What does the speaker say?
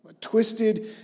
Twisted